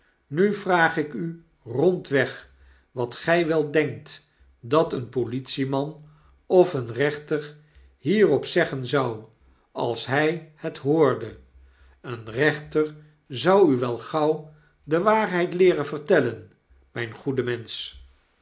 nu vraag ik u rondweg wat gy wel denkt dat een politie-man of een rechter hierop zeggen zou als hy het hoorde een rechter zou u wel gauw de waarheid leeren vertellen myn goede mensch